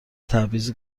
تبعیض